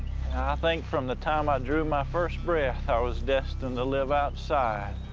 think from the time i drew my first breath, i was destined to live outside.